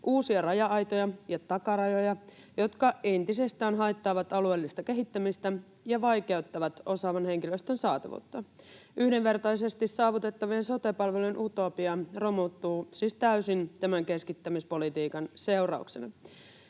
uusia raja-aitoja ja takarajoja, jotka entisestään haittaavat alueellista kehittämistä ja vaikeuttavat osaavan henkilöstön saatavuutta. Yhdenvertaisesti saavutettavien sote-palvelujen utopia romuttuu siis täysin tämän keskittämispolitiikan seurauksena.